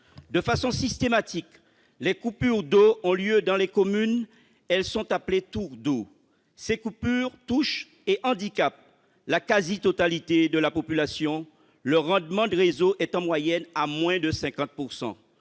De façon systématique, des coupures d'eau ont lieu dans les communes. Elles sont appelées « tours d'eau ». Ces coupures touchent et handicapent la quasi-totalité de la population. Le rendement du réseau est, en moyenne, à moins de 50 %.